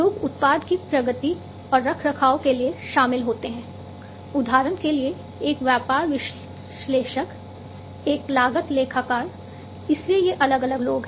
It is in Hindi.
लोग उत्पाद की प्रगति और रखरखाव के लिए शामिल होते हैं उदाहरण के लिए एक व्यापार विश्लेषक एक लागत लेखाकार इसलिए ये अलग अलग लोग हैं